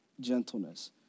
gentleness